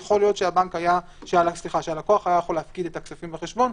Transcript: יכול להיות שהלקוח היה יכול להפקיד את הכספים בחשבון,